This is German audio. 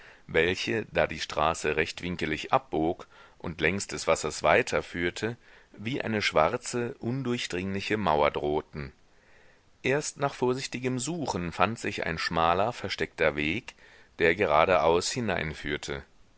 welche da die straße rechtwinkelig abbog und längs des wassers weiter führte wie eine schwarze undurchdringliche mauer drohten erst nach vorsichtigem suchen fand sich ein schmaler versteckter weg der geradeaus